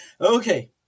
Okay